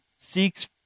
seeks